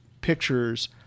picture's